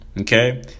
Okay